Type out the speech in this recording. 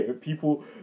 people